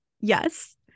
Yes